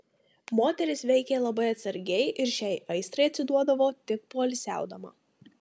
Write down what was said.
moteris veikė labai atsargiai ir šiai aistrai atsiduodavo tik poilsiaudama